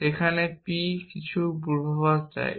সেখানে p কিছু পূর্বাভাস দেয়